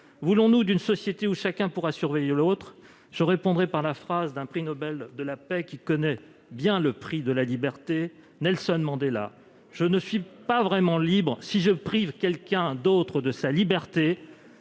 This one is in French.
Voulons-nous d'une société dans laquelle chacun pourra surveiller l'autre ? Je répondrai à ces questions par une citation d'un prix Nobel de la paix qui connaît bien le prix de la liberté, Nelson Mandela :« Je ne suis pas vraiment libre si je prive quelqu'un d'autre de sa liberté.